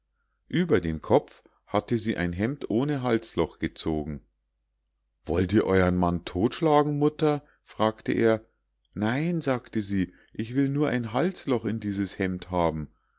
über den kopf hatte sie ein hemd ohne halsloch gezogen wollt ihr euern mann todtschlagen mutter fragte er nein sagte sie ich will nur ein halsloch in dieses hemd haben